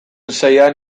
seian